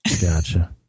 Gotcha